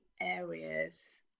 areas